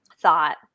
thought